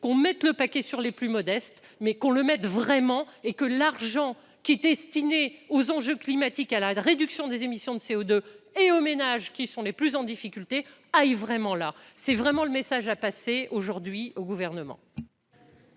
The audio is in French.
qu'on mette le paquet sur les plus modestes, mais qu'on le mette vraiment et que l'argent qui est estimé aux enjeux climatiques à la réduction des émissions de CO2 et aux ménages qui sont les plus en difficulté, vraiment, là, c'est vraiment le message à passer aujourd'hui au gouvernement.